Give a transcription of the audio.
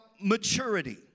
maturity